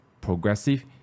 progressive